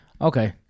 Okay